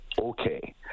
Okay